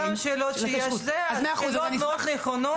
זה אותן שאלות שיש שאלות מאוד נכונות.